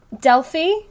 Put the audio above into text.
delphi